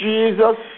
Jesus